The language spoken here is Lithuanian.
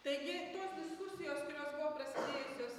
taigi tos diskusijos kurios buvo prasidėjusios